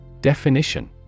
Definition